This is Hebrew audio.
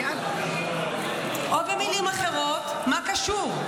או במילים אחרות: מה קשור?